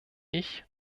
ich